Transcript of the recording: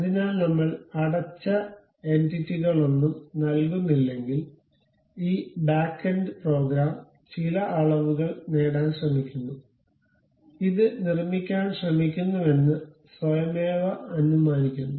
അതിനാൽനമ്മൾ അടച്ച എന്റിറ്റികളൊന്നും നൽകുന്നില്ലെങ്കിൽ ഈ ബാക്ക് എൻഡ് പ്രോഗ്രാം ചില അളവുകൾ നേടാൻ ശ്രമിക്കുന്നു ഇത് നിർമ്മിക്കാൻ ശ്രമിക്കുന്നുവെന്ന് സ്വയമേവ അനുമാനിക്കുന്നു